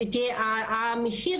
המחיר